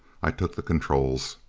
i took the controls.